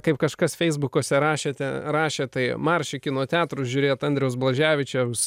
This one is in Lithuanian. kaip kažkas feisbukuose rašėte rašė tai marš į kino teatrus žiūrėt andriaus blaževičiaus